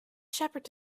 shepherd